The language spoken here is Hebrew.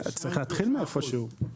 שלושה אחוז.